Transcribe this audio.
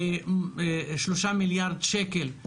3 מיליארד שקל.